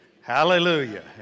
Hallelujah